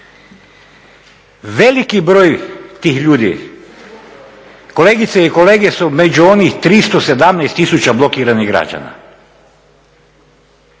Veliki broj tih ljudi kolegice i kolege su među onih 317 tisuća blokiranih građana.